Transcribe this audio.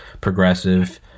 progressive